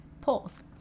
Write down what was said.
polls